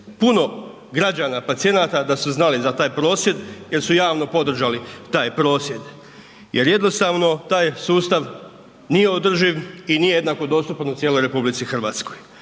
puno građana, pacijenata, da su znali za taj prosvjed jer su javno podržali taj prosvjed. Jer jednostavno taj sustav nije održiv i nije jednako dostupan u cijeloj RH. Pogotovo